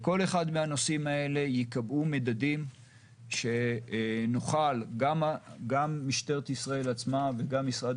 לכל אחד מהנושאים האלה ייקבעו מדדים שגם משטרת ישראל עצמה וגם משרד